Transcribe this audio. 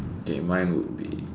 okay mine would be